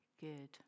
good